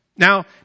Now